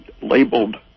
labeled